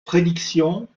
prédiction